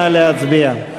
נא להצביע.